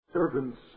servants